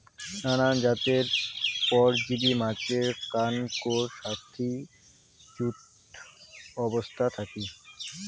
নানান জাতের পরজীব মাছের কানকোর সাথি যুত অবস্থাত থাকি